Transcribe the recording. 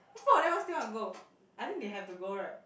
four of them why still want to go I think they have to go right